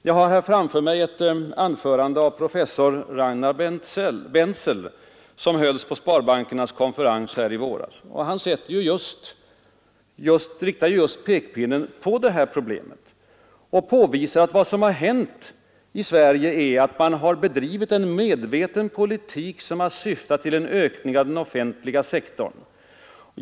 Jag har framför mig ett anförande av professor Ragnar Bentzel som hölls på sparbankernas konferens i våras. Han riktar just pekpinnen mot det här problemet och påvisar att vad som har hänt i Sverige är att man har bedrivit en medveten politik som har syftat till en ökning av den offentliga sektorn.